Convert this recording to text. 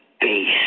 base